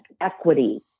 equity